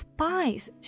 Spice